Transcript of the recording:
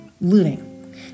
looting